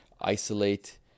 isolate